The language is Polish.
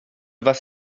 was